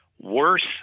worse